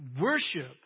Worship